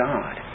God